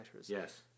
Yes